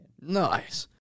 Nice